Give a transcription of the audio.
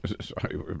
sorry